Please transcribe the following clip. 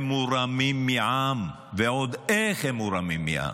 הם מורמים מעם, ועוד איך הם מורמים מעם.